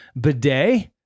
bidet